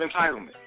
entitlement